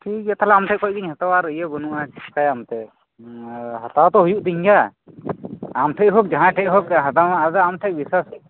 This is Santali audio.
ᱴᱷᱤᱠ ᱜᱮᱭᱟ ᱛᱟᱦᱞᱮ ᱟᱢ ᱴᱷᱮ ᱠᱷᱚᱱ ᱜᱤᱧ ᱦᱟᱛᱟᱣᱟ ᱟᱨ ᱤᱭᱟᱹ ᱵᱟᱹᱱᱩᱜᱼᱟ ᱪᱤᱠᱟᱭᱟᱢ ᱟᱛᱮ ᱟᱨ ᱦᱟᱛᱟᱣ ᱛᱚ ᱦᱩᱭᱩᱜ ᱛᱤᱧ ᱜᱮᱭᱟ ᱟᱢ ᱴᱷᱮᱱ ᱦᱳᱠ ᱡᱟᱦᱟᱸᱭ ᱴᱷᱮᱱ ᱦᱳᱠ ᱦᱟᱛᱟᱣ ᱢᱟ ᱟᱢ ᱴᱷᱮᱱ ᱜᱮ ᱵᱤᱥᱥᱟᱥ